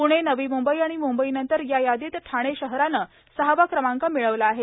प्रणे नवी मुंबई आणि मुंबईनंतर या यादीत ठाणे शहरांन सहावा क्रमांक मिळवला आहे